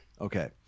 Okay